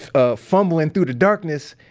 ah, fumbling through the darkness.